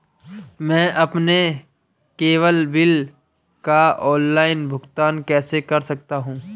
मैं अपने cable bill का ऑनलाइन भुगतान कैसे कर सकता हूं?